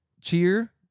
Cheer